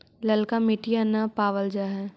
ललका मिटीया न पाबल जा है?